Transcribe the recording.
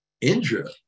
Indra